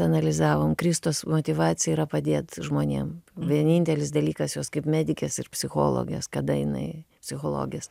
analizavom kristos motyvacija yra padėt žmonėm vienintelis dalykas jos kaip medikės ir psichologės kada jinai psichologės